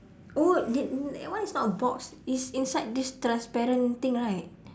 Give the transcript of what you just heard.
oh that that one is not a box is inside this transparent thing right